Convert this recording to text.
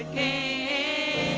a